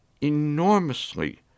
enormously